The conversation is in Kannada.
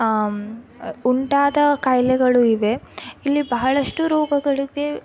ಉಂಟಾದ ಕಾಯಿಲೆಗಳು ಇವೆ ಇಲ್ಲಿ ಬಹಳಷ್ಟು ರೋಗಗಳಿಗೆ